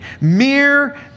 mere